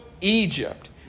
Egypt